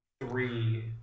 three